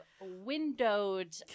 windowed